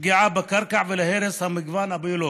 לפגיעה בקרקע ולהרס המגוון הביולוגי.